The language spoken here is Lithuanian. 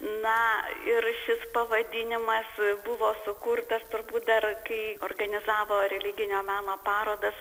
na ir šis pavadinimas buvo sukurtas turbūt dar kai organizavo religinio meno parodas